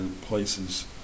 places